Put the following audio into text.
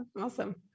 Awesome